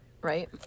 right